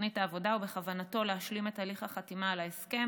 תוכנית העבודה ובכוונתו להשלים את הליך החתימה על ההסכם.